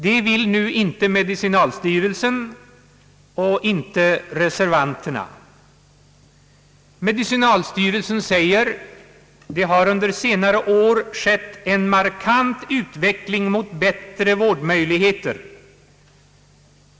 Det vill nu inte medicinalstyrelsen och inte reservanterna. Medicinalstyrelsen säger att det under senare år har skett en markant utveckling mot bättre vårdmöjligheter.